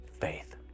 faith